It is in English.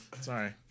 Sorry